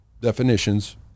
definitions